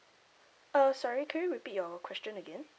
uh sorry can you repeat your question again